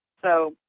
so,